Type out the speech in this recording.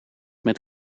met